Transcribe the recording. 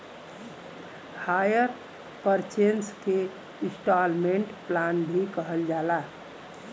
hire purchase के instalment plan भी कहल जाला